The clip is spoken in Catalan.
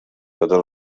totes